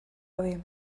gabe